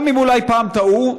גם אם אולי פעם טעו,